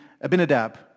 Abinadab